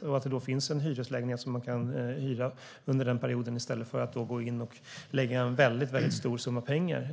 Då är det bra om det finns en lägenhet att hyra under den perioden i stället för att man måste gå in på bostadsmarknaden och lägga ned en väldigt stor summa pengar.